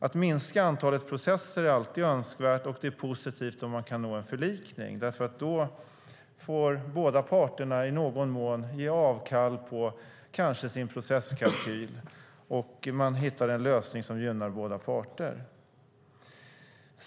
Att minska antalet processer är alltid önskvärt, och det är positivt om man kan nå en förlikning, därför att då får båda parter i någon mån kanske ge avkall på sin processkalkyl, och man hittar en lösning som gynnar båda parter.